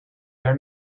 their